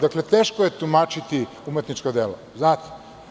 Dakle, teško je tumačiti umetničko delo, znate.